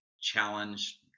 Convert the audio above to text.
challenge